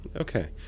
Okay